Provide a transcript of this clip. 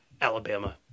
Alabama